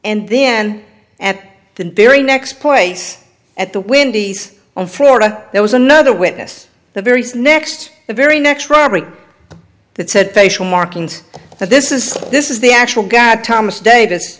and then at the very next place at the windies in florida there was another witness the very snatched the very next robbery that said facial markings that this is this is the actual guy thomas da